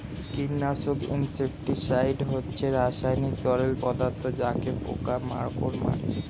কীটনাশক ইনসেক্টিসাইড হচ্ছে রাসায়নিক তরল পদার্থ যাতে পোকা মাকড় মারে